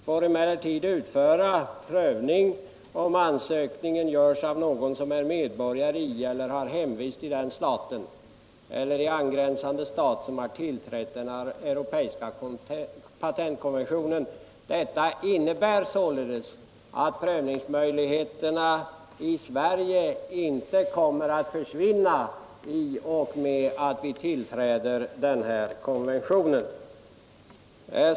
får emellertid utföra sådan prövning om ansökningen görs av någon som är medborgare i eller har hemvist i den staten eller i angränsande stat som har tillträtt den curopeiska patentkonventionen”. Detta innebär således att prövningsmöjligheterna i Sverige inte kommer att försvinna i och med att vi tillträder den här konventionen.